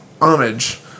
homage